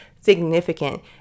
significant